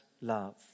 love